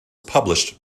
published